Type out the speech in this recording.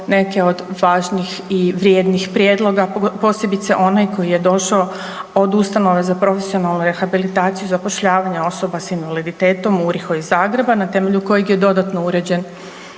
neke od važnih i vrijednih prijedloga, posebice onaj koji je došao od Ustanove za profesionalnu rehabilitaciju i zapošljavanja osoba s invaliditetom URIHO iz Zagreba na temeljem kojeg je dodatno uređen